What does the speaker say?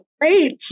Great